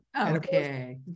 okay